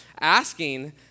asking